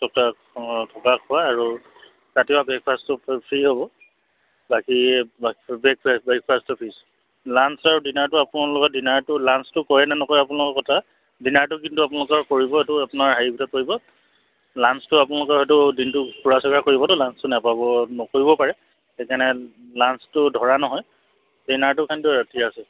থকা খোৱা আৰু ৰাতিপুৱা ব্ৰেকফাষ্টটো ফ্ৰী হ'ব বাকী ব্ৰেকফাষ্ট ব্ৰেকফাষ্টটো ফ্ৰী লাঞ্চ আৰু ডিনাৰটো আপোনালোকৰ ডিনাৰটো লাঞ্চটো কৰেনে নকৰে আপোনালোকৰ কথা ডিনাৰটো কিন্তু আপোনালোকৰ কৰিব সেইটো আপোনাৰ হেৰি ভিতৰত পৰিব লাঞ্চটো আপোনালোকৰ হয়তো দিনটো ফুৰা চকা কৰিবতো লাঞ্চটো নাপাব নকৰিব পাৰে সেইকাৰণে লাঞ্চটো ধৰা নহয় ডিনাৰটো কিন্তু ৰাতি আছে